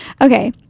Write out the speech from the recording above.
okay